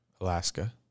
Alaska